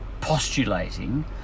postulating